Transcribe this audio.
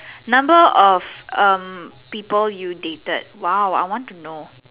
number of um people you dated !wow! I want to know